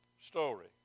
story